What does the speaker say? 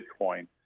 Bitcoin